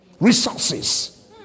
Resources